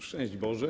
Szczęść Boże!